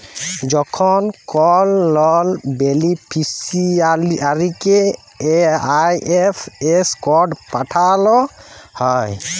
যখল কল লল বেলিফিসিয়ারিকে আই.এফ.এস কড পাঠাল হ্যয়